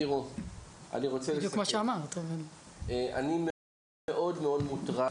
אני מאוד מוטרד,